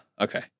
Okay